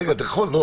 רגע, נכון.